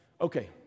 Okay